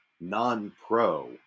non-pro